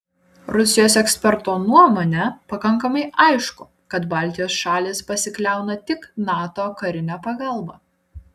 rusijos eksperto nuomone pakankamai aišku kad baltijos šalys pasikliauna tik nato karine pagalba